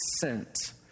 sent